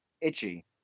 Itchy